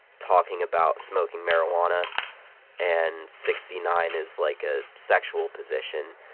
talking about smoking marijuana and sixty nine is, like, a sexual position.